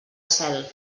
cel